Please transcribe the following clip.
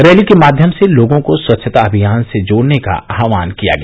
rally के माध्यम से लोगों को स्वच्छता अभियान से जोड़ने का आह्वान किया गया